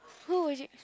who would you